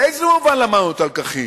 באיזה מובן למדנו את הלקחים?